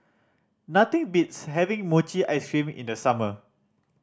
nothing beats having mochi ice cream in the summer